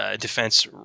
defense